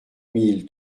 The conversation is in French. mille